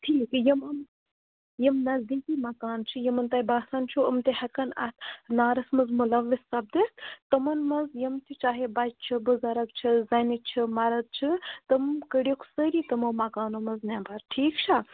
ٹھیٖک یِم یِم یِم نزدیٖکی مکان چھِ یِمَن تۄہہِ باسان چھُو یِم تہِ ہٮ۪کَن اَتھ نارَس منٛز مُلَوِث سپدِتھ تِمَن منٛز یِم تہِ چاہے بَچہِ چھِ بُزَرٕگ چھِ زَنہِ چھِ مَرٕد چھِ تِم کٔڑۍوُکھ تِمو مکانَو منٛز نیٚبَر ٹھیٖک چھا